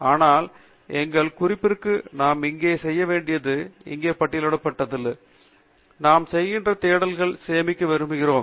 ஆனால் எங்களது குறிப்புக்கு நாம் இங்கே செய்ய வேண்டியது இங்கே பட்டியலிடப்பட்டுள்ளது நாங்கள் செய்கின்ற தேடல்களைச் சேமிக்க விரும்புகிறோம்